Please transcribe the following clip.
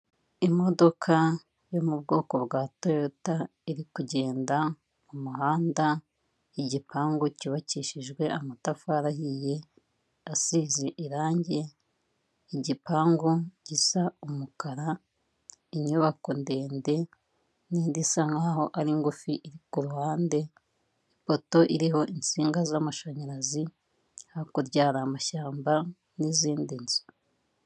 Bumwe mu buryo busigaye bworoshye cyane mu kwikorera imizigo, hakoreshejwe amapikipiki, afite akanyabiziga inyuma gashyirwamo imizigo. Ni bwo abantu benshi basigaye bakoresha, aho mu kwimura ibintu cg se gupakira ibintu bisigaye bikorerwa kuri ayo mapikipiki.